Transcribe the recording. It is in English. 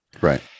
Right